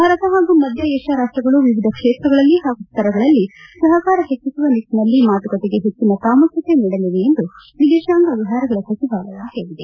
ಭಾರತ ಹಾಗೂ ಮಧ್ಯ ಏಷ್ಯಾ ರಾಷ್ಟಗಳು ವಿವಿಧ ಕ್ಷೇತ್ರಗಳಲ್ಲಿ ಹಾಗೂ ಸ್ತರಗಳಲ್ಲಿ ಸಹಕಾರ ಹೆಚ್ಚಿಸುವ ನಿಟ್ಟಿನಲ್ಲಿ ಮಾತುಕತೆಗೆ ಹೆಚ್ಚಿನ ಪ್ರಾಮುಖ್ಯತೆ ನೀಡಲಿವೆ ಎಂದು ವಿದೇಶಾಂಗ ವ್ಯವಹಾರಗಳ ಸಚಿವಾಲಯ ಹೇಳಿದೆ